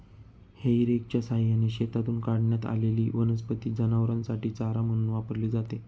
हेई रेकच्या सहाय्याने शेतातून काढण्यात आलेली वनस्पती जनावरांसाठी चारा म्हणून वापरली जाते